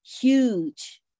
huge